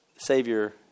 Savior